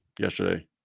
yesterday